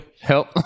help